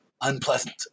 unpleasant